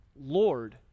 Lord